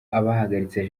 abahagaritse